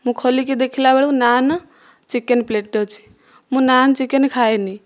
ମୁଁ ଖୋଲିକି ଦେଖିଲାବେଳକୁ ନାନ୍ ଚିକେନ ପ୍ଳେଟଟେ ଅଛି ମୁଁ ନାନ୍ ଚିକେନ ଖାଏନି